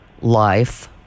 Life